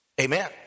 Amen